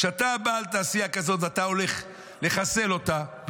כשאתה בא לתעשייה הזאת ואתה הולך לחסל אותה,